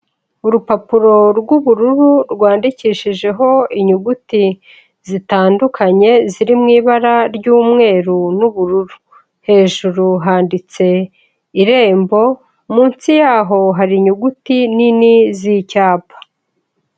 Urupapuro rw'ubururu, rwandikishijeho inyuguti zitandukanye, ziri mu ibara ry'umweru n'ubururu. Hejuru handitse irembo, munsi yaho hari inyuguti nini z'icyapa.